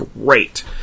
Great